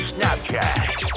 Snapchat